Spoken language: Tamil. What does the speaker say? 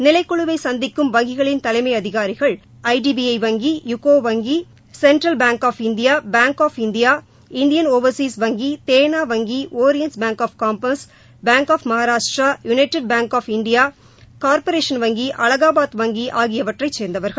நிலைக் குழுவை சந்திக்கும் வங்கிகளின் தலைமை அதிகாரிகள் ஐடிபிஐ வங்கி யுகோ வங்கி central bank of India bank of India Indian overseas வங்கி தேனா வங்கி oriental bank of commerce bank of Maharashtra united bank of India corporation வங்கி அலகாபாத் வங்கி ஆகியவற்றை சேர்ந்தவர்கள்